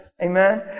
Amen